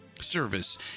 Service